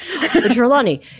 Trelawney